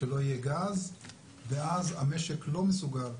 שלא יהיה גז ואז משק החשמל לא מסוגל